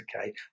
okay